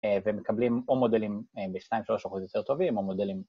ומקבלים או מודלים בשניים שלוש אחוז יותר טובים או מודלים...